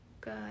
Good